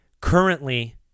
Currently